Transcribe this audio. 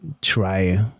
try